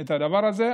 את הדבר הזה.